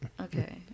Okay